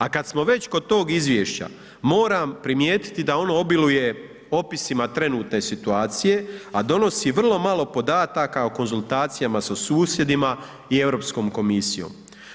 A kad smo već kod tog izvješća, moram primijetiti da ono obiluje opisima trenutne situacije, a donosi vrlo malo podataka o konzultacijama sa susjedima i Europskom komisijom.